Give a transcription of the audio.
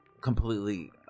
completely